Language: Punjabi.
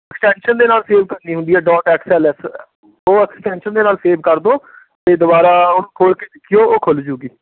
ਐਕਸਟੈਂਸ਼ਨ ਦੇ ਨਾਲ ਸੇਵ ਕਰਨੀ ਹੁੰਦੀ ਹੈ ਡੋਟ ਐਕਸ ਐਲ ਐਸ ਉਹ ਐਕਸਟੈਂਸ਼ਨ ਦੇ ਨਾਲ ਸੇਵ ਕਰ ਦਿਉ ਅਤੇ ਦੁਬਾਰਾ ਉਹਨੂੰ ਖੋਲ੍ਹ ਕੇ ਦੇਖਿਓ ਉਹ ਖੁੱਲ੍ਹ ਜੂਗੀ